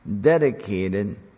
dedicated